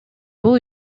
бул